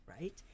right